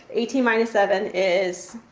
eighteen minus seven is?